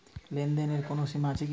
লেনদেনের কোনো সীমা আছে কি?